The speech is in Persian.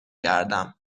گردم